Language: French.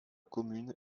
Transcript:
commune